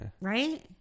right